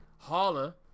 Holla